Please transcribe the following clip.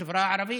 בחברה הערבית,